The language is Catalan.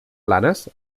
blanes